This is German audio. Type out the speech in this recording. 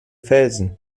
felsen